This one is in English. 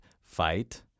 Fight